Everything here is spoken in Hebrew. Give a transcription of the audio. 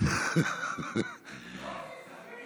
יוסי שריד.